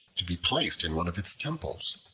to be placed in one of its temples.